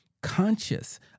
conscious